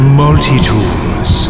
multi-tools